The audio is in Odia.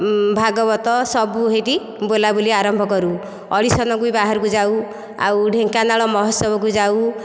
ଭାଗବତ ସବୁ ସେଇଠି ବୋଲାବୋଲି ଆରମ୍ଭ କରୁ ଅଡ଼ିସନ୍କୁ ବି ବାହାରକୁ ଯାଉ ଆଉ ଢେଙ୍କାନାଳ ମହୋତ୍ସବକୁ ଯାଉ